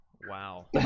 wow